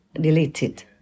deleted